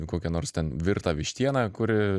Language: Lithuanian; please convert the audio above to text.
kokią nors ten virtą vištieną kur